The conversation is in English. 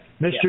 Mr